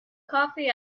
coffee